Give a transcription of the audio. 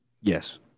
Yes